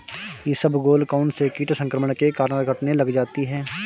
इसबगोल कौनसे कीट संक्रमण के कारण कटने लग जाती है?